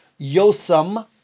Yosam